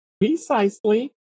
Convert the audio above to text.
Precisely